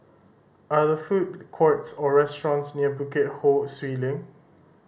are there food courts or restaurants near Bukit Ho Swee Link